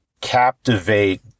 captivate